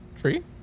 tree